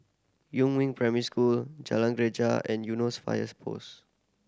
Yumin Primary School Jalan Greja and Eunos Fires Post